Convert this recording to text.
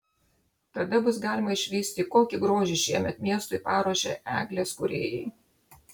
tada bus galima išvysti kokį grožį šiemet miestui paruošė eglės kūrėjai